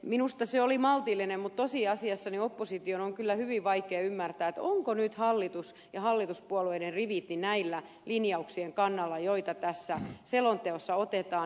minusta se oli maltillinen mutta tosiasiassa opposition on kyllä hyvin vaikea ymmärtää ovatko nyt hallitus ja hallituspuolueiden rivit näiden linjauksien kannalla joita tässä selonteossa otetaan